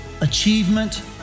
achievement